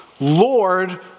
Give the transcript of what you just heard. Lord